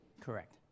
Correct